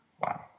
Wow